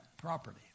property